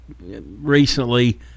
recently